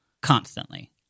constantly